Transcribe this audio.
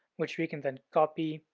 which we can then copy,